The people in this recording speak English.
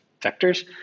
vectors